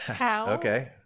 Okay